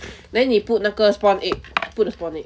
then 你 put 那个 spawn egg put the spawn egg